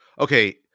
Okay